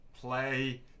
Play